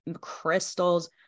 crystals